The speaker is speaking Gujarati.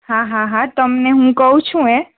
હા હા હા તમને હું કહું છું ને